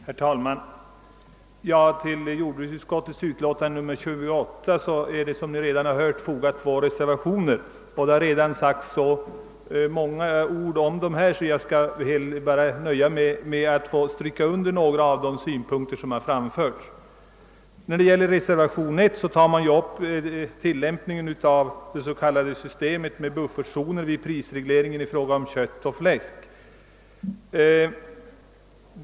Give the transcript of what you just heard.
Herr talman! Till jordbruksutskottets utlåtande nr 28 har, som vi hört, fogats två reservationer. Det har redan sagts så mycket om dessa att jag skall in skränka mig till att stryka under några av de synpunkter som framförts. I reservationen 1 tar vi upp frågan om tillämpningen av systemet med s.k. buffertzoner vid prisregleringen i fråga om kött och fläsk.